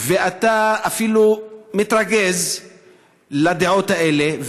ואפילו כשאני מתרגז מהדעות האלה,